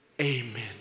Amen